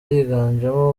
yiganjemo